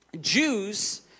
Jews